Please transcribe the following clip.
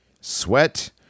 sweat